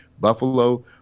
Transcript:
Buffalo